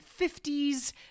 50s